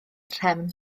nhrefn